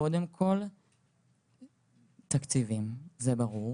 קודם כל תקציבים, זה ברור